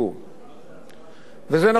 וזה נכון גם לגבי הציבור הערבי.